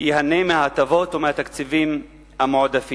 החדשה היא אוכלוסייה ערבית.